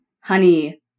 honey